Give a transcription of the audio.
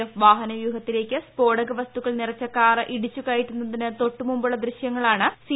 F വാഹ്യന്റെ വ്യൂഹത്തിലേക്ക് സ് ഫോടക വസ്തു നിറച്ച കാർ ഇടിച്ചുക്ടിയ്റ്റുന്നതിന് തൊട്ടുമുമ്പുള്ള ദൃശ്യങ്ങളാണ് സി